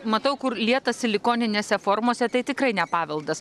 matau kur lieta silikoninėse formose tai tikrai ne paveldas